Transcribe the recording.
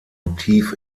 tief